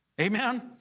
amen